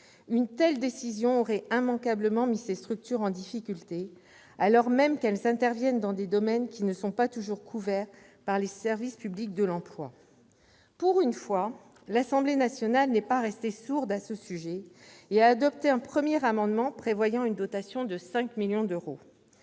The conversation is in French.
Une telle décision aurait immanquablement mis ces structures en difficulté, alors même qu'elles interviennent dans des domaines qui ne sont pas toujours couverts par les services publics de l'emploi. Pour une fois, l'Assemblée nationale n'est pas restée sourde à ce sujet : elle a adopté un premier amendement prévoyant une dotation de 5 millions d'euros,